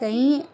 कयईं